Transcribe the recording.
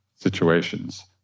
situations